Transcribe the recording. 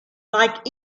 like